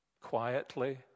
Quietly